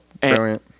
brilliant